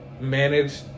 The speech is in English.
manage